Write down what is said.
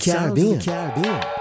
Caribbean